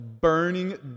burning